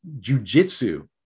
jujitsu